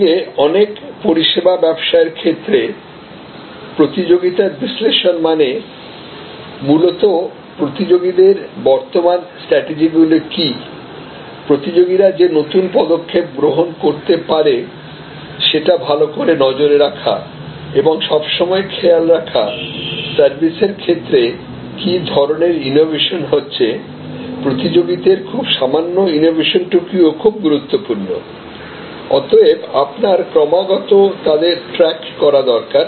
অন্যদিকে অনেক পরিষেবা ব্যবসায়ের ক্ষেত্রে প্রতিযোগীতার বিশ্লেষণ মানে মূলত প্রতিযোগীদের বর্তমান স্ট্রাটেজিগুলি কি প্রতিযোগীরা যে নতুন পদক্ষেপ গ্রহণ করতে পারে সেটা ভালো করে নজরে রাখা এবং সবসময় খেয়াল রাখা সার্ভিসের ক্ষেত্রে কি ধরনের ইনোভেশন হচ্ছে প্রতিযোগীদের খুব সামান্য ইনোভেশন টুকুও খুব গুরুত্বপূর্ণ অতএব আপনার ক্রমাগত তাদের ট্র্যাক করা দরকার